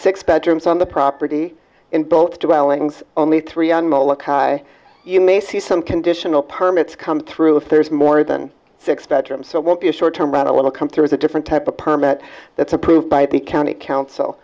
six bedrooms on the property in both dwellings only three young molech high you may see some conditional permits come through if there's more than six bedrooms so won't be a short term run a little come through as a different type of permit that's approved by the county council